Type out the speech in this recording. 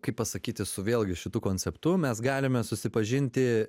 kaip pasakyti su vėlgi šitu konceptu mes galime susipažinti